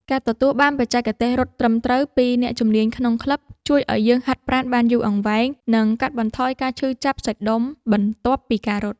ការទទួលបានបច្ចេកទេសរត់ត្រឹមត្រូវពីអ្នកជំនាញក្នុងក្លឹប ជួយឱ្យយើងហាត់ប្រាណបានយូរអង្វែង និងកាត់បន្ថយការឈឺចាប់សាច់ដុំបន្ទាប់ពីការរត់។